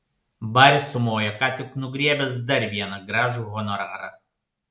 baris sumojo ką tik nugriebęs dar vieną gražų honorarą